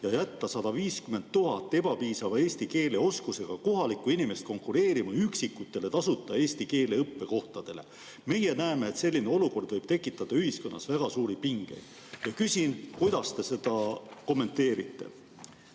ja jätta 150 000 ebapiisava eesti keele oskusega kohalikku inimest konkureerima üksikutele tasuta eesti keele õppe kohtadele. Meie näeme, et selline olukord võib tekitada ühiskonnas väga suuri pingeid." Küsin, kuidas te seda kommenteerite.